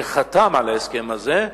שחתם על ההסכם הזה,